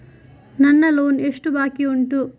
ನನ್ನ ಲೋನ್ ಎಷ್ಟು ಬಾಕಿ ಉಂಟು?